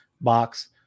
box